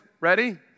Ready